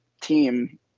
team